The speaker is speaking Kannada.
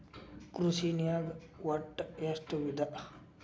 ಕೃಷಿನಾಗ್ ಒಟ್ಟ ಎಷ್ಟ ವಿಧ?